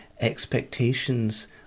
expectations